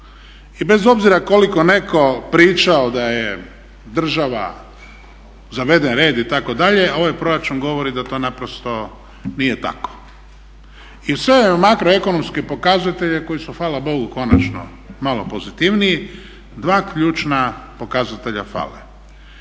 I bez obzira koliko netko pričao da je država, zaveden red itd., ovaj proračun govori da to naprosto nije tako. I uz …/Govornik se ne razumije./… makroekonomske pokazatelje koji su hvala Bogu konačno malo pozitivniji dva ključna pokazatelja fale